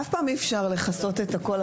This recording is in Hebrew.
אף פעם אי אפשר לכסות את הכול.